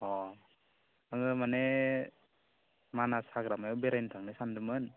अ आङो माने मानास हाग्रामायाव बेरायनो थांनो सान्दोंमोन